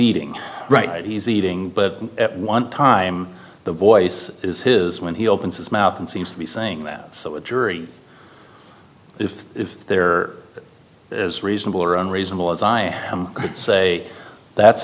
eating right he's eating but at one time the voice is his when he opens his mouth and seems to be saying that so a jury if there are as reasonable or unreasonable as i say that's